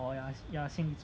oh ya 心理作用